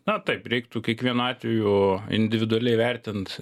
na taip reiktų kiekvienu atveju individualiai vertint